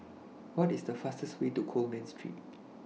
What IS The fastest Way to Coleman Street